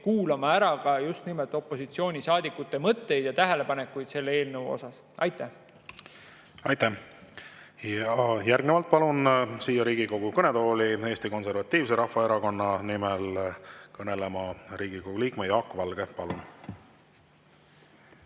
kuulama ära ka opositsioonisaadikute mõtteid ja tähelepanekuid selle eelnõu kohta. Aitäh! Aitäh! Järgnevalt palun siia Riigikogu kõnetooli Eesti Konservatiivse Rahvaerakonna nimel kõnelema Riigikogu liikme Jaak Valge. Palun!